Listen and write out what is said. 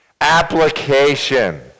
application